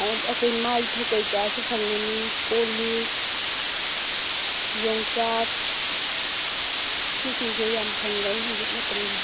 ꯑꯗꯨꯝ ꯑꯩꯈꯣꯏ ꯃꯥꯏꯊ ꯀꯩꯀꯥꯁꯨ ꯐꯪꯉꯅꯤ ꯀꯣꯜ ꯂꯤꯛ ꯌꯣꯡꯆꯥꯛ ꯁꯤꯁꯤꯡꯁꯦ ꯌꯥꯝ ꯐꯪꯒꯅꯤ ꯍꯧꯖꯤꯛ ꯃꯇꯝꯁꯤ